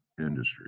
industry